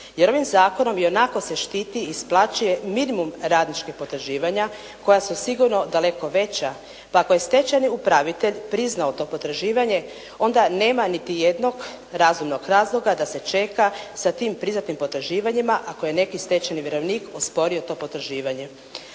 jer ovim zakonom ionako se štiti i isplaćuje minimum radničkih potraživanja koja su sigurno daleko veća. Pa ako je stečajni upravitelj priznao to potraživanje onda nema niti jednog razumnog razloga da se čeka sa tim priznatim potraživanjima ako je neki stečajni vjerovnik osporio to potraživanje.